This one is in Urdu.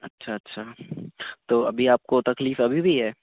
اچھا اچھا تو ابھی آپ کو تکلیف ابھی بھی ہے